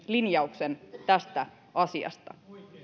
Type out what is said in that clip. linjauksen tästä asiasta